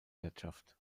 wirtschaft